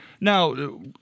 Now